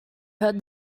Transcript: heard